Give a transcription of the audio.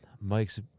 mike's